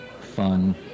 fun